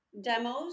demos